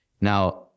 Now